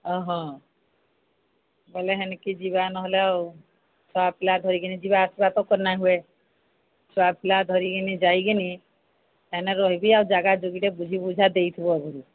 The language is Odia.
ଅ ହଁ ବୋଇଲେ ହେନିକି ଯିବା ନହେଲେ ଆଉ ଛୁଆପିଲା ଧରିକିନି ଯିବା ଆସିବା ତ କର ନାଇ ହୁଏ ଛୁଆପିଲା ଧରିକିନି ଯାଇକିନି ହେନେ ରହିବି ଆଉ ଜାଗା ଯୁଗିଟେ ବୁଝି ବୁଝା ଦେଇଥିବୁ ଆଗୁରୁ